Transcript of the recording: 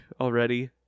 already